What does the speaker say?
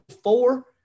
four